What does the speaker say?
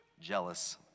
jealous